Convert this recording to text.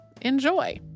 Enjoy